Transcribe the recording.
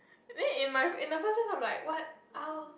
then in my in the first place I'm like what !ow!